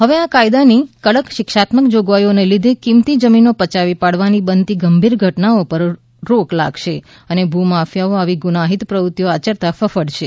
હવે આ કાયદાની કડક શિક્ષાત્મક જોગવાઇઓને લીઘે કિંમતી જમીનો પયાવી પાડવાની બનતી ગંભીર ઘટનાઓ પર રોક લાગશે અને ભૂમાફિયાઓ આવી ગુનાહિત પ્રવૃત્તિઓ આચરતા ફફડશે